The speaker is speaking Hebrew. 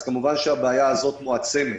אז כמובן הבעיה הזאת מועצמת.